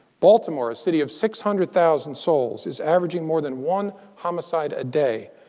baltimore, a city of six hundred thousand souls, is averaging more than one homicide a day,